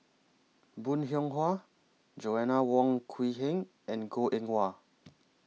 Bong Hiong Hwa Joanna Wong Quee Heng and Goh Eng Wah